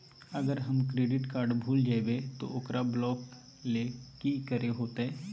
अगर हमर credit card भूल जइबे तो ओकरा ब्लॉक लें कि करे होते?